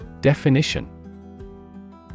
Definition